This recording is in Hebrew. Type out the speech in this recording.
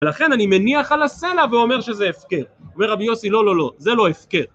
ולכן אני מניח על הסלע, ואומר שזה הפקר. אומר רבי יוסי, לא לא לא, זה לא הפקר.